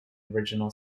original